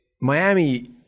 Miami